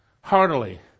heartily